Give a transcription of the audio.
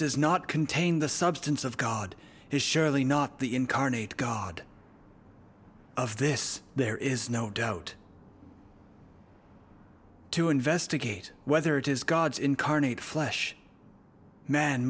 does not contain the substance of god is surely not the incarnate god of this there is no doubt to investigate whether it is gods incarnate flesh m